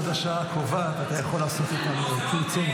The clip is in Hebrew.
עד השעה הקובעת אתה יכול לעשות איתנו כרצונך.